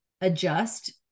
adjust